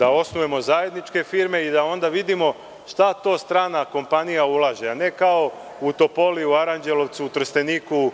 da osnujemo zajedničke firme i da onda vidimo šta to strana kompanija ulaže, a ne kao u Topoli, u Aranđelovcu, u Trsteniku, u Šumadiji,